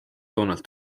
donald